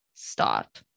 stop